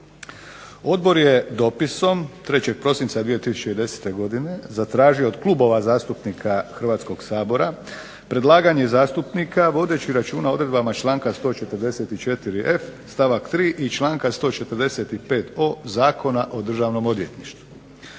Odbor je dopisom 3. prosinca 2010. godine zatražio od klubova zastupnika Hrvatskog sabora predlaganje zastupnika vodeći računa o odredbama članka 144.f stavak 3. i stavak 145.o Zakona o Državnom odvjetništvu.